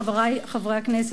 חברי חברי הכנסת,